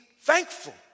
thankful